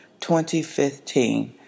2015